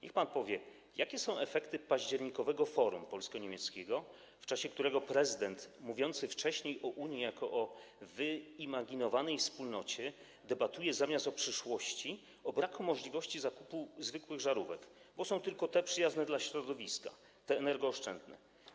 Niech pan powie, jakie są efekty październikowego Forum Polsko-Niemieckiego, w czasie którego prezydent, mówiący wcześniej o Unii jako o wyimaginowanej wspólnocie, debatuje zamiast o przyszłości o braku możliwości zakupu zwykłych żarówek, bo są tylko te przyjazne dla środowiska, te energooszczędne.